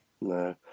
No